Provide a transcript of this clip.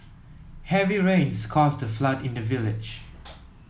heavy rains caused a flood in the village